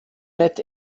nett